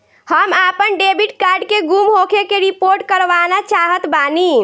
हम आपन debit card के गुम होखे के रिपोर्ट करवाना चाहत बानी